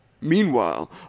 Meanwhile